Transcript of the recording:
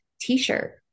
t-shirt